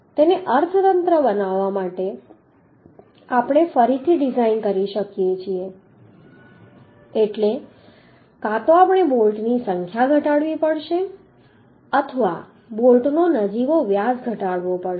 તેને અર્થતંત્ર બનાવવા માટે આપણે ફરીથી ડિઝાઇન કરી શકીએ છીએ એટલે કાં તો આપણે બોલ્ટની સંખ્યા ઘટાડવી પડશે અથવા બોલ્ટનો નજીવો વ્યાસ ઘટાડવો પડશે